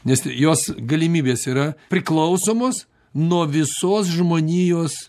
nes jos galimybės yra priklausomos nuo visos žmonijos